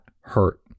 hurt